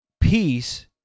Peace